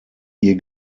ihr